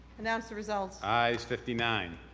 announce the result. ayes fifty nine.